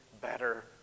better